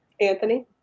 Anthony